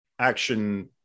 action